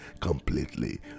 completely